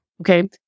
okay